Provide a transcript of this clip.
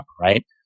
right